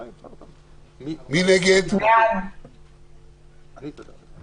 הצבעה הרוויזיה לא אושרה.